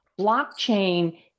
Blockchain